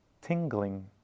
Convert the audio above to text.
tingling